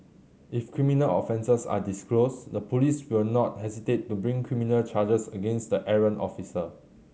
if criminal offences are disclosed the police will not hesitate to bring criminal charges against the errant officer